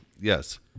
Yes